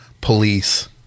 police